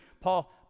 Paul